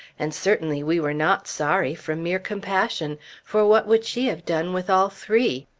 and certainly we were not sorry, from mere compassion for what would she have done with all three?